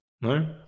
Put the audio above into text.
No